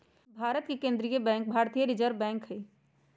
भारत के केंद्रीय बैंक भारतीय रिजर्व बैंक हइ